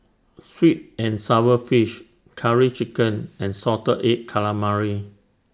Sweet and Sour Fish Curry Chicken and Salted Egg Calamari